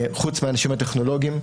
חוץ מהאנשים הטכנולוגיים.